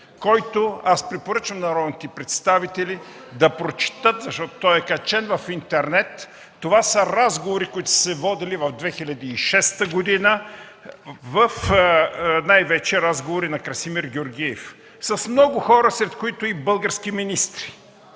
който препоръчвам на народните представители да прочетат, защото той е качен в интернет – това са разговори, водени в 2006 г., най-вече разговори на Красимир Георгиев, с много хора, сред които и български министри.